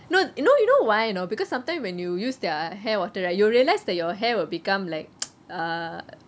no you know you know why or not because sometimes when you use their hair water right you realise that your hair will become like err